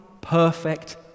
perfect